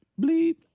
bleep